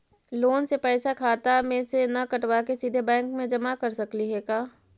Loan के पैसा खाता मे से न कटवा के सिधे बैंक में जमा कर सकली हे का?